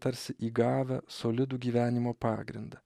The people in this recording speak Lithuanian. tarsi įgavę solidų gyvenimo pagrindą